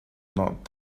not